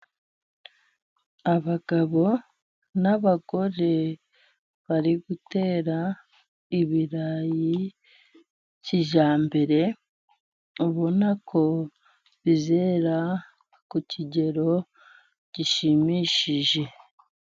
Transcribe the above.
Abagabo n'abagore bari gutera ibirayi kijyambere, ubona ko bizera ku kigero gishimishije.